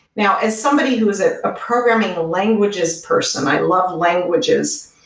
now as somebody who has a ah programming languages person, i love languages.